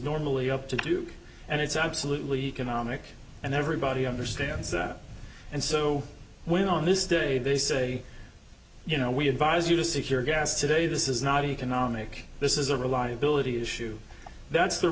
normally up to do and it's absolutely cannot make and everybody understands that and so when on this day they say you know we advise you to secure gas today this is not economic this is a reliability issue that's the